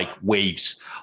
waves